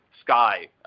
sky